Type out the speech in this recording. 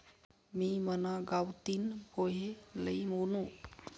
मी मना गावतीन पोहे लई वुनू